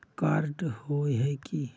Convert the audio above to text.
Card होय है की?